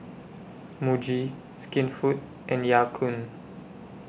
Muji Skinfood and Ya Kun